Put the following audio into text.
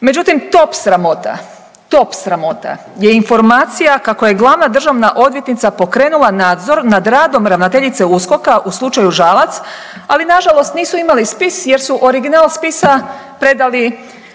Međutim top sramota, top sramota je informacija kako je glavna državna odvjetnica pokrenula nadzor nad radom ravnateljice USKOK-a u slučaju Žalac, ali nažalost nisu imali spis jer su original spisa predali